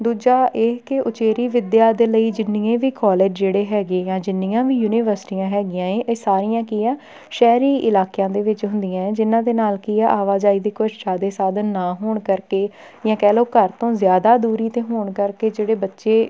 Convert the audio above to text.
ਦੂਜਾ ਇਹ ਕਿ ਉਚੇਰੀ ਵਿੱਦਿਆ ਦੇ ਲਈ ਜਿੰਨੀ ਹੈ ਵੀ ਕੋਲਜ ਜਿਹੜੇ ਹੈਗੇ ਆ ਜਿੰਨੀਆਂ ਵੀ ਯੂਨੀਵਰਸਿਟੀਆਂ ਹੈਗੀਆਂ ਹੈ ਇਹ ਸਾਰੀਆਂ ਕੀ ਆ ਸ਼ਹਿਰੀ ਇਲਾਕਿਆਂ ਦੇ ਵਿੱਚ ਹੁੰਦੀਆਂ ਹੈ ਜਿਨ੍ਹਾਂ ਦੇ ਨਾਲ ਕੀ ਆ ਆਵਾਜਾਈ ਦੀ ਕੁਛ ਜ਼ਿਆਦਾ ਸਾਧਨ ਨਾ ਹੋਣ ਕਰਕੇ ਜਾਂ ਕਹਿ ਲਓ ਘਰ ਤੋਂ ਜ਼ਿਆਦਾ ਦੂਰੀ 'ਤੇ ਹੋਣ ਕਰਕੇ ਜਿਹੜੇ ਬੱਚੇ